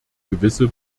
gewisse